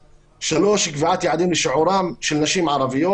(ג) קביעת יעדים לשיעורן של נשים ערביות